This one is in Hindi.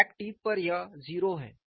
क्रैक टिप पर यह 0 है